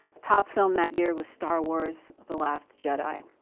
top film that year was star wars, the last jedi.